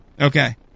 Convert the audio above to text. Okay